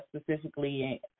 specifically